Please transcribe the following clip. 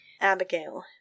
Abigail